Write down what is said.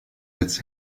its